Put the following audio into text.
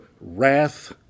wrath